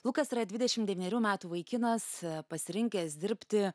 lukas yra dvidešim devynerių metų vaikinas pasirinkęs dirbti